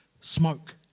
smoke